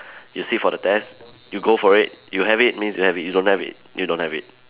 you sit for the test you go for it you have it means you have it you don't have it you don't have it